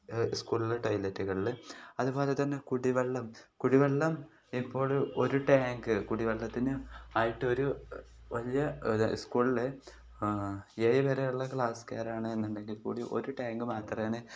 സ്കൂളിൽ ടോയ്ലറ്റുകളിൽ അതുപോലെ തന്നെ കുടിവെള്ളം കുടിവെള്ളം ഇപ്പോൾ ഒരു ടാങ്ക് കുടിവെള്ളത്തിന് ആയിട്ടൊരു വലിയ സ്കൂളിൽ ഏഴു വരെയുള്ള ക്ലാസുകാരാണെന്നുണ്ടെങ്കിൽ കൂടി ഒരു ടാങ്ക് മാത്രമാണ്